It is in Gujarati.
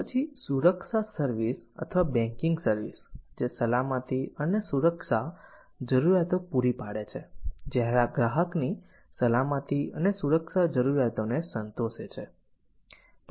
તો પછી સુરક્ષા સર્વિસ અથવા બેંકિંગ સર્વિસ જે સલામતી અને સુરક્ષા જરૂરિયાતો પૂરી પાડે છે જે ગ્રાહકની સલામતી અને સુરક્ષા જરૂરિયાતોને સંતોષે છે